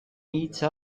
hitza